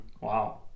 Wow